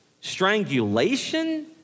strangulation